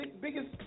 Biggest